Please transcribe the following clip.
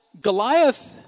Goliath